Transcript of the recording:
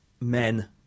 men